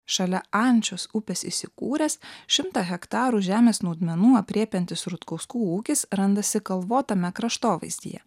šalia ančios upės įsikūręs šimtą hektarų žemės naudmenų aprėpiantis rutkauskų ūkis randasi kalvotame kraštovaizdyje